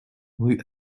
rue